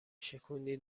شکوندی